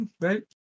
right